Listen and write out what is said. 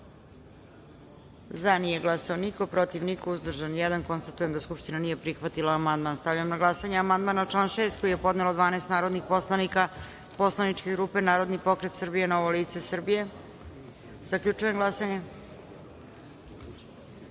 glasanje: za – niko, protiv – niko, uzdržan – jedan. Konstatujem da Skupština nije prihvatila ovaj amandman. Stavljam na glasanje amandman na član 6. koji je podnelo 12 narodnih poslanika poslaničke grupe Narodni pokret Srbija – Novo lice Srbije. Zaključujem glasanje: